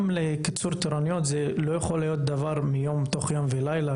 קיצור תורנויות לא יכול להיות תוך יום ולילה,